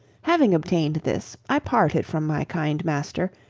having obtained this, i parted from my kind master,